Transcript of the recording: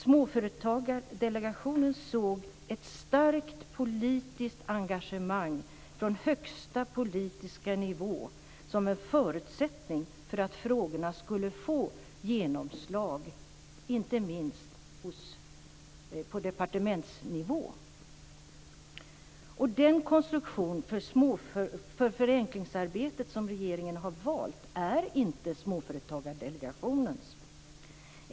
Småföretagsdelegationen såg ett starkt politiskt engagemang från högsta politiska nivå som en förutsättning för att frågorna skulle få genomslag, inte minst på departementsnivå. Den konstruktion för förenklingsarbetet som regeringen har valt är inte Småföretagsdelegationens.